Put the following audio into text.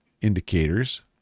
indicators